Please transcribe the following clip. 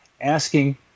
asking